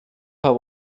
paar